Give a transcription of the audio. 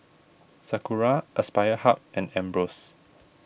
Sakura Aspire Hub and Ambros